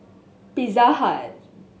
Pizza Hut